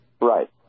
Right